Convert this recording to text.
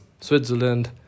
Switzerland